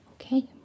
okay